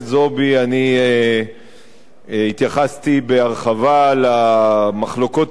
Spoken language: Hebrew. התייחסתי בהרחבה למחלוקות ההיסטוריות